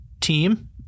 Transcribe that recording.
team